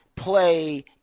play